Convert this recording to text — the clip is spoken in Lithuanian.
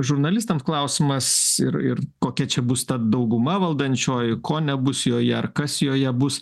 žurnalistams klausimas ir ir kokia čia bus ta dauguma valdančioji ko nebus joje ar kas joje bus